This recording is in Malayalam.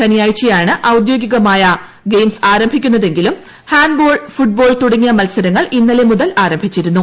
ശനിയാഴ്ചയാണ് ഔദ്യോഗികമായി ഗയിംസ് ആരംഭിക്കുന്നതെങ്കിലും ഹാന്റ്ബാൾ ഫുട്ബോൾ തുടങ്ങിയ മൽസരങ്ങൾ ഇന്നലെ മുതൽ ആരംഭിച്ചിരുന്നു